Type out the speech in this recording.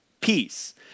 peace